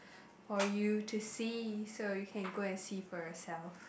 for you to see so you can go and see for yourself